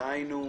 דהיינו,